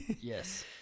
Yes